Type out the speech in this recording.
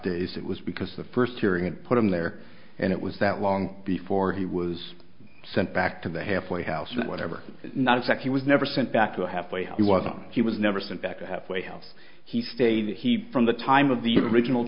days it was because the first hearing it put him there and it was that long before he was sent back to the halfway house or whatever not in fact he was never sent back to a halfway house he wasn't he was never sent back a halfway house he stayed he from the time of the original